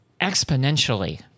exponentially